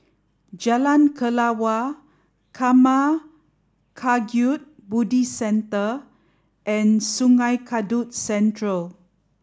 Jalan Kelawar Karma Kagyud Buddhist Centre and Sungei Kadut Central